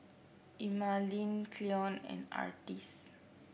Emmaline Cleon and Artis